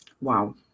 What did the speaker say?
Wow